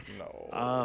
no